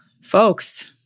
Folks